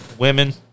Women